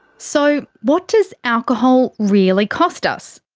so what does alcohol really cost us?